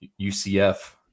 UCF